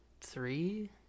three